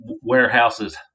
warehouses